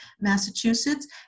Massachusetts